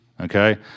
okay